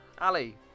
Ali